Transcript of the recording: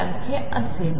सारखे असेल